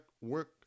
work